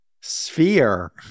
sphere